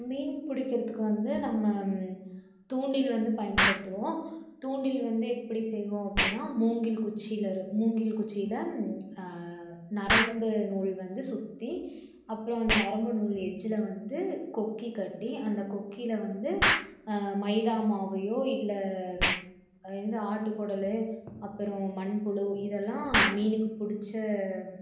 மீன் பிடிக்கிறதுக்கு வந்து நம்ம தூண்டில் வந்து பயன்படுத்துவோம் தூண்டில் வந்து எப்படி செய்வோம் அப்படின்னா மூங்கில் குச்சியில் மூங்கில் குச்சியில் நரம்பு நூல் வந்து சுற்றி அப்புறம் அந்த நரம்பு நூல் எட்ஜில் வந்து கொக்கி கட்டி அந்த கொக்கியில வந்து மைதா மாவையோ இல்லை இது ஆட்டுகுடல் அப்புறம் மண்புழு இதல்லாம் மீனுக்கு பிடிச்ச